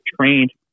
trained